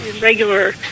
regular